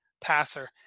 passer